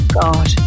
God